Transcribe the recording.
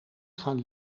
gaan